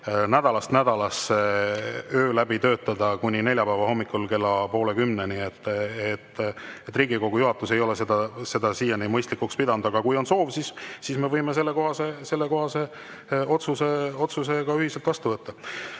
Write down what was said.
nädalast nädalasse öö läbi töötada kuni neljapäeva hommikul kella 9.30-ni – Riigikogu juhatus ei ole seda siiani mõistlikuks pidanud. Aga kui on soov, siis me võime sellekohase otsuse ühiselt vastu võtta.